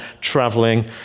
traveling